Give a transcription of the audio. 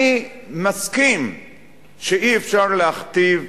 אני מסכים שאי-אפשר להכתיב,